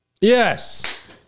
Yes